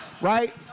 Right